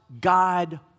God